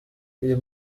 uyu